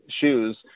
shoes